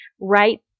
right